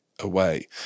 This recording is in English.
away